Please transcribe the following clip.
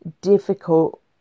difficult